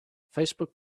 facebook